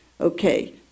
Okay